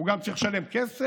הוא גם צריך לשלם כסף?